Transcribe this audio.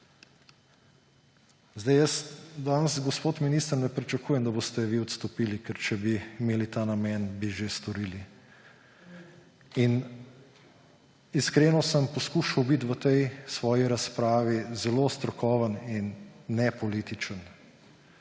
Jaz danes, gospod minister, ne pričakujem, da boste vi odstopili. Ker če bi imeli ta namen, bi že storili. Iskreno sem poskušal biti v tej svoji razpravi zelo strokoven in nepolitičen.